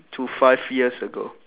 to five years ago